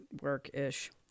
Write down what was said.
work-ish